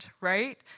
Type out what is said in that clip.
right